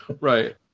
Right